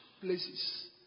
places